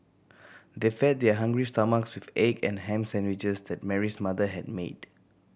they fed their hungry stomachs with egg and ham sandwiches that Mary's mother had made